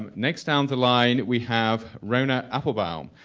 um next down the line we have rhona applebaum,